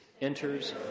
enters